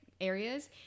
areas